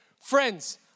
Friends